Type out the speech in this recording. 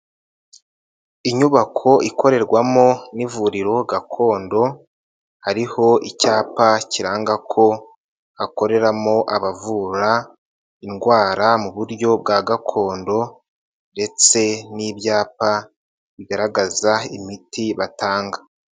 Inyubako ikorerwamo n'ivuriro gakondo, hariho icyapa kiranga ko hakoreramo abavura indwara mu buryo bwa gakondo ndetse n'ibyapa bigaragaza imiti batanga.